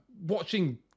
watching